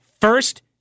first